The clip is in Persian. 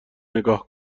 نگاه